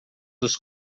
dos